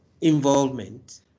involvement